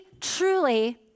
truly